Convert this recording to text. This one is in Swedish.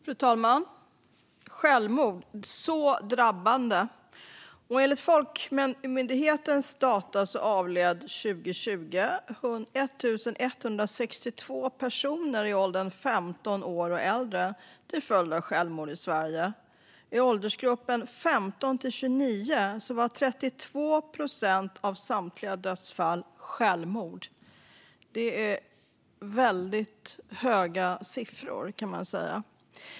Fru talman! Självmord - så drabbande! Enligt Folkhälsomyndighetens data avled under 2020 totalt 1 162 personer i åldern 15 år eller äldre till följd av suicid i Sverige. I åldersgruppen 15-29 år var 32 procent av samtliga dödsfall självmord. Det är väldigt höga siffror.